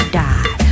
die